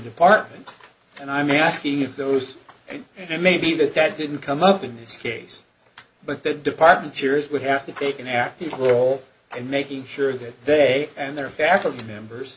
department and i'm asking if those and maybe even that didn't come up in this case but the department peers would have to take an active role and making sure that they and their faculty members